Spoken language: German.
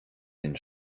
den